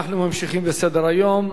יפה מאוד.